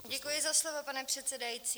Děkuji za slovo, pane předsedající.